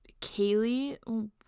Kaylee